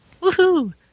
Woohoo